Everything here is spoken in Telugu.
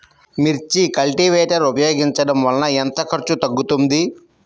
మిర్చి కల్టీవేటర్ ఉపయోగించటం వలన ఎంత ఖర్చు తగ్గుతుంది?